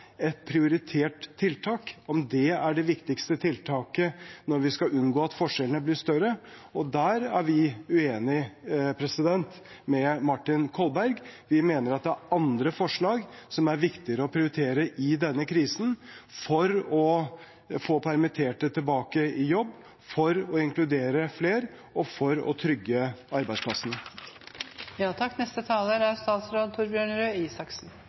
et prioritert tiltak, om det er det viktigste tiltaket når vi skal unngå at forskjellene blir større. Der er vi uenige med Martin Kolberg. Vi mener at det er andre forslag som er viktigere å prioritere i denne krisen for å få permitterte tilbake i jobb, inkludere flere og trygge arbeidsplassene. Feriepenger, den gamle ordningen: Jeg ser, i hvert fall av omtalen i avisene, at det er